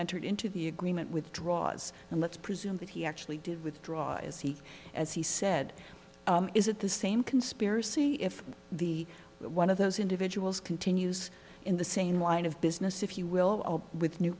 entered into the agreement with draws and let's presume that he actually did withdraw as he as he said is that the same conspiracy if the one of those individuals continues in the same line of business if you will with new